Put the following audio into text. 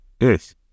Yes